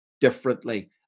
differently